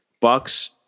Bucks